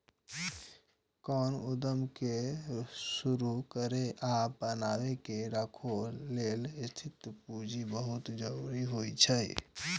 कोनो उद्यम कें शुरू करै आ बनाए के राखै लेल स्थिर पूंजी बहुत जरूरी होइ छै